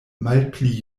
malpli